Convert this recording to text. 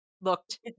looked